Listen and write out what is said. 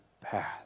path